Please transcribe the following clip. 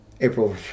April